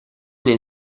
nei